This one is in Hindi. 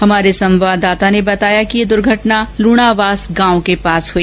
हमारे संवाददाता ने बताया कि ये दुर्घटना लूणावास गांव के पास हुई